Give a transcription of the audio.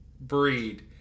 Breed